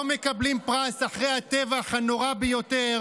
לא מקבלים פרס אחרי הטבח הנורא ביותר